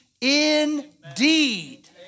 indeed